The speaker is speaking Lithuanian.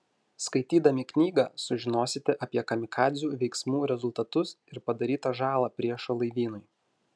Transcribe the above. skaitydami knygą sužinosite apie kamikadzių veiksmų rezultatus ir padarytą žalą priešo laivynui